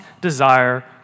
desire